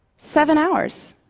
seven hours.